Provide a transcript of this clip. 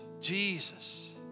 Jesus